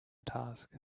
task